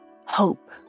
Hope